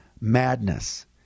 Madness